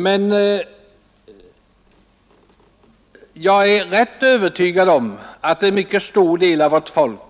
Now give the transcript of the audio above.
Men jag är rätt övertygad om att en mycket stor del av vårt folk